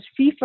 FIFA